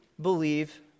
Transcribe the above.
believe